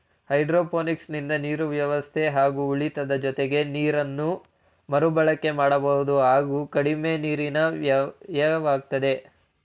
ಹೈಡ್ರೋಪೋನಿಕ್ಸಿಂದ ನೀರು ವ್ಯವಸ್ಥೆ ಹಾಗೆ ಉಳಿತದೆ ಜೊತೆಗೆ ನೀರನ್ನು ಮರುಬಳಕೆ ಮಾಡಬಹುದು ಹಾಗೂ ಕಡಿಮೆ ನೀರಿನ ವ್ಯಯವಾಗ್ತದೆ